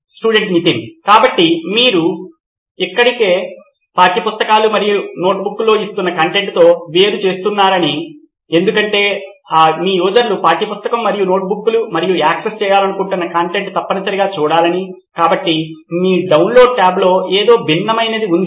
student Nitin కాబట్టి మీరు ఇప్పటికే పాఠ్యపుస్తకాలు మరియు నోట్బుక్లలో ఇస్తున్న కంటెంట్తో వేరుచేస్తున్నారని ఎందుకంటే మీ యూజర్లు పాఠ్యపుస్తకం మరియు నోట్బుక్ మరియు యాక్సెస్ చేయాలనుకుంటున్న కంటెంట్ తప్పనిసరిగా చూడాలని కాబట్టి మీ డౌన్లోడ్ టాబ్ లో ఏదో భిన్నమైనది ఉంది